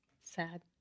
sad